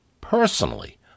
personally